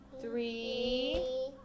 three